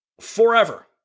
forever